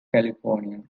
california